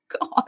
God